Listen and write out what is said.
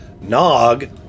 Nog